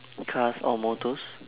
cars or motors